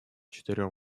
четырем